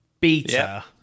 Beta